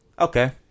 okay